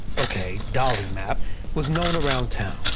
okay. dolly mapp was known around town.